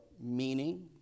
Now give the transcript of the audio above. meaning